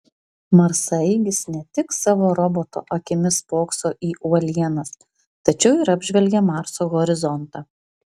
marsaeigis ne tik savo roboto akimis spokso į uolienas tačiau ir apžvelgia marso horizontą